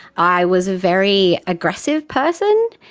i was a very aggressive person,